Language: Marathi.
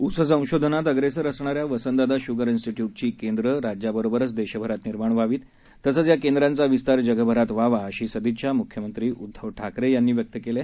ऊस संशोधनामध्ये अग्रेसर असणाऱ्या वसंतदादा श्गर इन्स्टिट्यूटची केंद्र राज्याबरोबरच देशभरात निर्माण व्हावीत तसच या केंद्रांचा विस्तार जगभरात व्हावा अशी सदिच्छा म्ख्यमंत्री उद्धव ठाकरे यांनी व्यक्त केली आहे